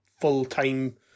full-time